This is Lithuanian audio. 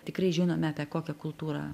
tikrai žinome apie kokią kultūrą